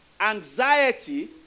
anxiety